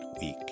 week